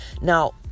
Now